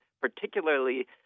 particularly